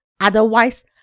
Otherwise